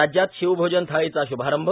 राज्यात शिवभोजन थाळीचा श्भारंभ